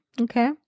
okay